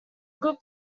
good